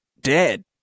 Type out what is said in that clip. dead